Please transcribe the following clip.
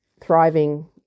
thriving